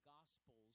gospels